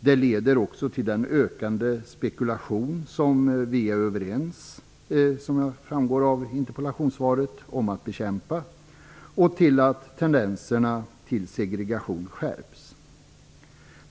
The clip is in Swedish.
Den leder också till den ökande spekulation som vi, vilket framgår av interpellationssvaret, är överens om att bekämpa, och den leder till att tendenserna till segregation skärps.